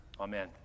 Amen